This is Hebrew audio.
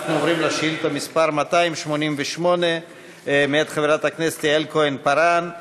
אנחנו עוברים לשאילתה מס' 288 מאת חברת הכנסת יעל כהן-פארן,